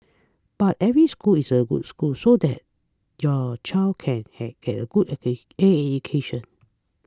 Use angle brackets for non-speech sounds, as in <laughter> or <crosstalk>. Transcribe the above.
but every school is a good school so that your child can get get a good <unintelligible> education